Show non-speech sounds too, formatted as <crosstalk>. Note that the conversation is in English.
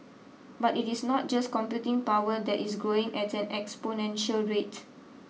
but it is not just computing power that is growing at an exponential rate <noise>